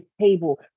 table